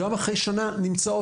גם אחרי שנה.